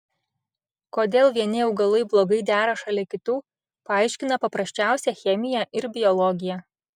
kodėl vieni augalai blogai dera šalia kitų paaiškina paprasčiausia chemija ir biologija